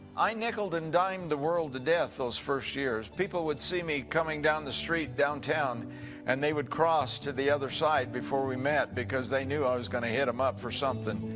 i nickel-and-dimed the world to death those first years. people would see me coming down the street downtown and they would cross to the other side before we met because they knew i was gonna hit em up for something.